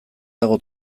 dago